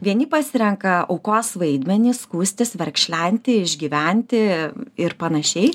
vieni pasirenka aukos vaidmenį skųstis verkšlenti išgyventi ir panašiai